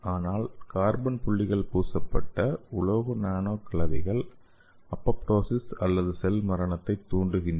ஆனால் கார்பன் புள்ளிகள் பூசப்பட்ட உலோக நானோ கலவைகள் அப்போப்டொசிஸ் அல்லது செல் மரணத்தைத் தூண்டுகின்றன